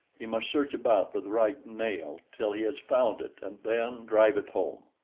he must search about for the right nail till he has found it, and then drive it home.